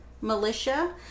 militia